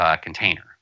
container